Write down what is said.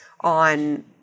on